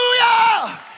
hallelujah